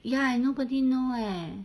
ya nobody know leh